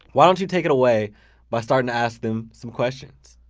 why don't you take it away by starting to ask them some questions?